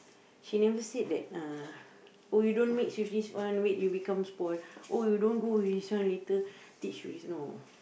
she never said that uh oh you don't mix with this one wait you become spoiled oh you don't go with this one later teach you this no